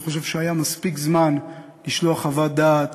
אני חושב שהיה מספיק זמן לשלוח חוות דעת